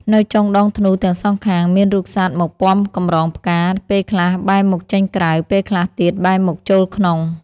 នៅចុងដងធ្នូទាំងសងខាង មានរូបសត្វមករពាំកម្រងផ្កា ពេលខ្លះបែរមុខចេញក្រៅ ពេលខ្លះទៀតបែរមុខចូលក្នុង។